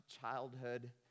childhood